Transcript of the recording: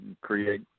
create